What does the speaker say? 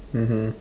mmhmm